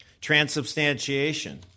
Transubstantiation